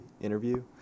interview